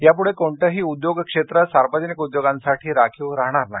यापूढे कोणतंही उद्योग क्षेत्र सार्वजनिक उद्योगांसाठी राखीव राहणार नाही